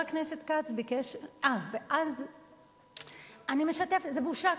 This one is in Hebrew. אני משתפת, זו בושה.